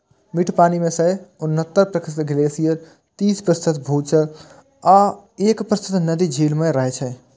मीठ पानि मे सं उन्हतर प्रतिशत ग्लेशियर, तीस प्रतिशत भूजल आ एक प्रतिशत नदी, झील मे रहै छै